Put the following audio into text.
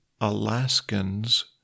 Alaskans